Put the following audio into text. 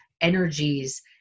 energies